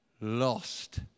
lost